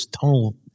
tonal